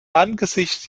angesichts